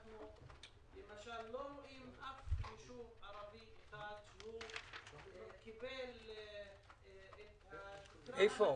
אנחנו לא רואים אף יישוב ערבי שקיבל את התקרה המקסימלית.